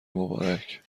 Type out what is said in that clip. مبارک